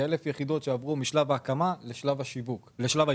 זה 1,000 יחידות שעברו משלב ההקמה לשלב האכלוס.